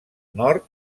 nord